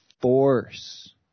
force –